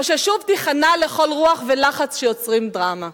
או ששוב תיכנע לכל רוח ולחץ שיוצרים דרמה?